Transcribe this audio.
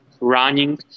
running